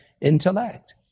intellect